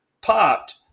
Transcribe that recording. popped